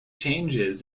changes